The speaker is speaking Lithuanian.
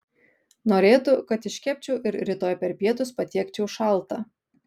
norėtų kad iškepčiau ir rytoj per pietus patiekčiau šaltą